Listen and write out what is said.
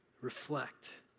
reflect